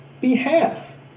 behalf